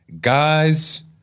Guys